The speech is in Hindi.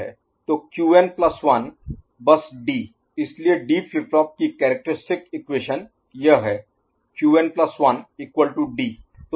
तो क्यूएन प्लस 1 Qn1 बस डी इसलिए डी फ्लिप फ्लॉप की कैरेक्टरिस्टिक इक्वेशन यह है